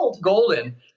golden